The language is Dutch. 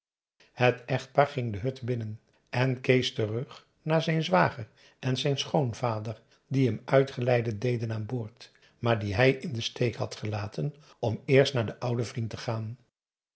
het echtpaar ging de hut binnen en kees terug naar zijn zwager en zijn schoonvader die hem uitgeleide deden aan boord maar die hij in den steek had gelaten om eerst naar den ouden vriend te gaan